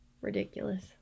ridiculous